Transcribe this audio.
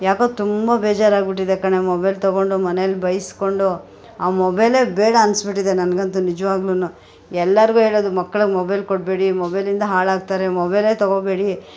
ಯಾಕೋ ತುಂಬ ಬೇಜಾರಾಗಿಬಿಟ್ಟಿದೆ ಕಣೆ ಮೊಬೈಲ್ ತಗೊಂಡು ಮನೆಯಲ್ ಬೈಸ್ಕೊಂಡು ಆ ಮೊಬೈಲೇ ಬೇಡ ಅನಿಸ್ಬಿಟ್ಟಿದೆ ನನಗಂತೂ ನಿಜವಾಗ್ಲು ಎಲ್ಲರಿಗು ಹೇಳೋದು ಮಕ್ಕಳಿಗ್ ಮೊಬೈಲ್ ಕೊಡಬೇಡಿ ಮೊಬೈಲಿಂದ ಹಾಳಾಗ್ತಾರೆ ಮೊಬೈಲೇ ತಗೋಬೇಡಿ